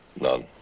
none